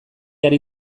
ari